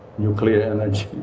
nuclear energy